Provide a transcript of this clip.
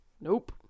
Nope